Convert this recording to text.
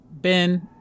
Ben